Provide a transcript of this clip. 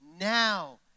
Now